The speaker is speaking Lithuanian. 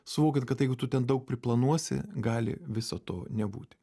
suvokiant kad jeigu tu ten daug priplanuosi gali viso to nebūti